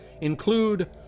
include